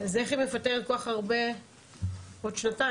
אז איך היא מפטרת כל כך הרבה עוד שנתיים?